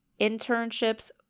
Internships